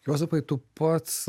juozapai tu pats